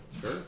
Sure